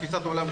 תפיסת העולם,